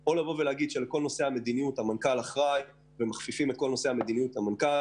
או להגיד שהנושא המדיניות הוא באחריות בלעדית של המנכ"ל